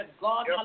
God